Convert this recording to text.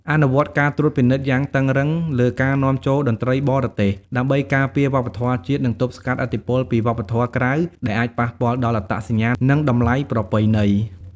អនុវត្តការត្រួតពិនិត្យយ៉ាងតឹងរឹងលើការនាំចូលតន្ត្រីបរទេស ដើម្បីការពារវប្បធម៌ជាតិ និងទប់ស្កាត់ឥទ្ធិពលពីវប្បធម៌ក្រៅ ដែលអាចប៉ះពាល់ដល់អត្តសញ្ញាណ និងតម្លៃប្រពៃណី។